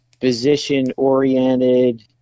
physician-oriented